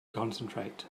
concentrate